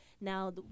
Now